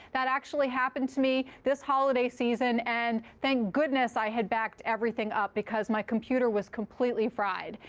that actually happened to me this holiday season. and thank goodness i had backed everything up, because my computer was completely fried.